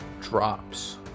drops